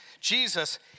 Jesus